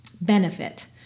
benefit